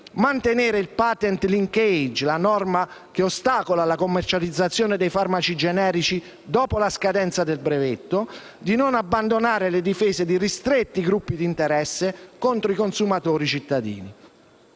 mantenere il *patent linkage* (la norma che ostacola la commercializzazione dei farmaci generici dopo la scadenza del brevetto), non abbandonare le difese di ristretti gruppi d'interesse contro i consumatori-cittadini.